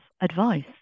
advice